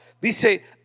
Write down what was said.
dice